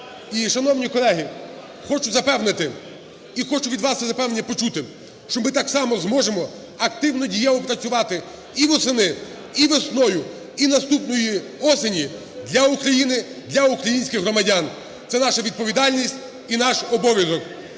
запевнити і хочу від вас це запевнення почути, що ми так само зможемо активно, дієво працювати і восени, і весною, і наступної осені для України, для українських громадян. Це наша відповідальність і наш обов'язок.